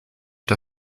der